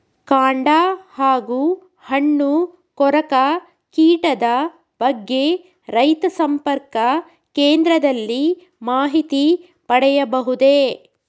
ಕಾಂಡ ಹಾಗೂ ಹಣ್ಣು ಕೊರಕ ಕೀಟದ ಬಗ್ಗೆ ರೈತ ಸಂಪರ್ಕ ಕೇಂದ್ರದಲ್ಲಿ ಮಾಹಿತಿ ಪಡೆಯಬಹುದೇ?